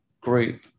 group